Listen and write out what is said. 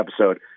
episode